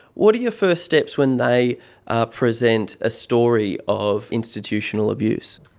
what are your first steps when they ah present a story of institutional abuse?